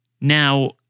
Now